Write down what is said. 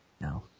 no